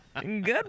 Good